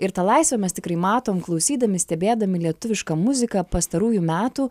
ir tą laisvę mes tikrai matom klausydami stebėdami lietuvišką muziką pastarųjų metų